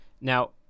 Now